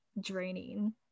draining